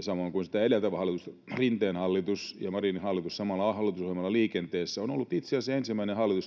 samoin kuin sitä edeltävä hallitus, Rinteen hallitus ja Marinin hallitus samalla hallitusohjelmalla liikenteessä — on ollut itse asiassa